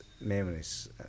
memories